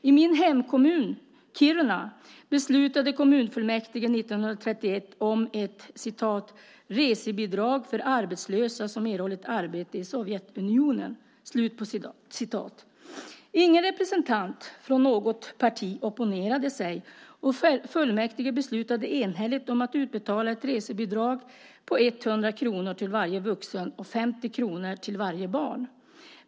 I min hemkommun Kiruna beslutade kommunfullmäktige 1931 om ett "resebidrag för arbetslösa som erhållit arbete i Sovjet-Unionen". Ingen representant från något parti opponerade sig, och fullmäktige beslutade enhälligt att utbetala ett resebidrag på 100 kronor till varje vuxen och 50 kronor till varje barn.